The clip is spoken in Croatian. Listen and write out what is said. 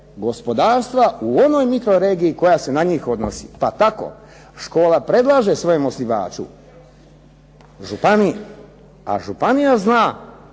gospodarstva u onoj mikro regiji koja se na njih odnosi, pa tako škola predlaže svojem osnivaču županiji, a županija zna